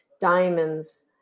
diamonds